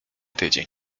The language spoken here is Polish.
tydzień